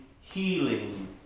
healing